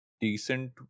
decent